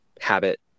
habit